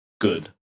good